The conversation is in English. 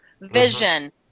vision